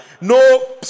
No